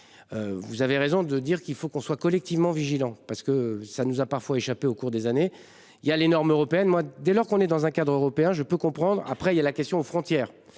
Vous avez raison de dire qu'il faut qu'on soit collectivement vigilants parce que ça nous a parfois échappé au cours des années. Il y a les normes européennes. Moi, dès lors qu'on est dans un cadre européen. Je peux comprendre, après il y a la question aux frontières